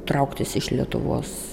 trauktis iš lietuvos